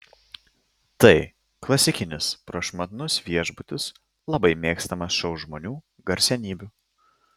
tai klasikinis prašmatnus viešbutis labai mėgstamas šou žmonių garsenybių